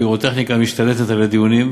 הפירוטכניקה משתלטת על הדיונים.